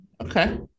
Okay